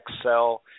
Excel